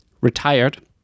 retired